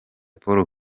paul